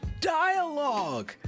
dialogue